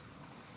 קריאות: